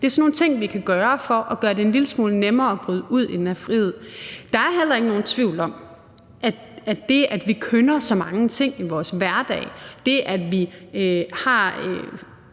Det er sådan nogle ting, vi kan gøre, for at gøre det en lille smule nemmere at bryde ud i frihed. Der er heller ikke nogen tvivl om, at det, at vi kønner så mange ting i vores hverdag, og det, at vi måske